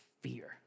fear